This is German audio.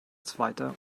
zweiter